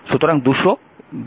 সুতরাং 200 2